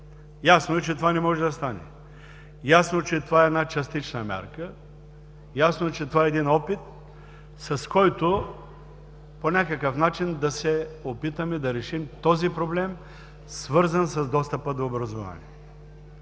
Ясно е, че това не може да стане. Ясно е, че това е една частична мярка. Ясно е, че това е един опит, с който по някакъв начин да се опитаме да решим този проблем, свързан с достъпа до образование.